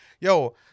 yo